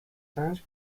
سنج